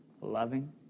loving